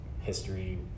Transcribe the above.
history